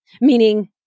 meaning